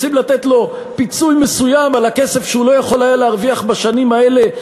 רוצים לתת לו פיצוי מסוים על הכסף שהוא לא יכול היה להרוויח בשנים האלה,